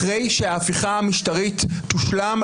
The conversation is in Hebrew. אחרי שההפיכה המשטרית תושלם,